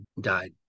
died